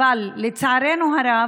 אבל לצערנו הרב,